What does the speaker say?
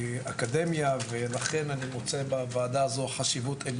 אנחנו יודעים שברפואה השפה הבסיסית היא שפה גם